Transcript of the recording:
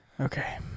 Okay